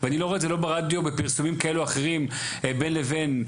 ואני לא רואה ברדיו ובפרסומים כאלו או אחרים בין לבין,